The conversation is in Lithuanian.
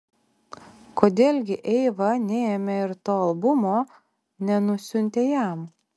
kodėl gi eiva neėmė ir to albumo nenusiuntė jam